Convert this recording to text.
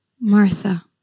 Martha